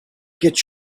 get